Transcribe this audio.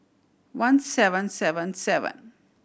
one seven seven seven